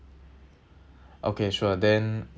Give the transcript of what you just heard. okay sure then